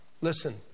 Listen